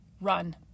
run